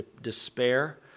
despair